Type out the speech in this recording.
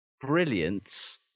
brilliance